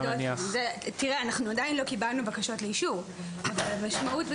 אנחנו עדיין לא קיבלנו בקשות לאישור אבל המשמעות היא,